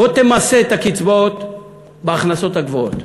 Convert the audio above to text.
בוא תמסה את הקצבאות בהכנסות הגבוהות.